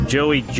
Joey